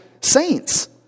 saints